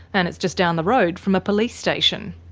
and it's just down the road from a police station.